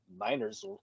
Niners